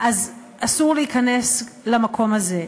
אסור להיכנס למקום הזה.